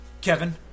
Kevin